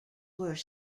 were